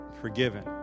forgiven